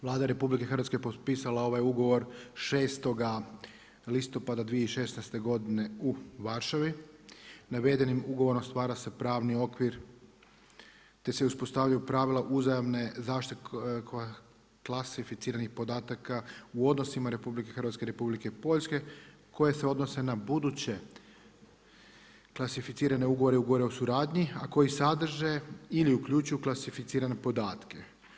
Vlada RH je potpisala ovaj ugovor 06. listopada 2016. godine u Varšavi, navedenim ugovorom stvara se pravni okvir te se uspostavljaju pravila uzajamne zaštite klasificiranih podataka u odnosima RR i Republike Poljske koje se odnose na buduće klasificirane ugovore o suradnji a koji sadrže ili uključuju klasificirane podatke.